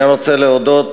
אני רוצה להודות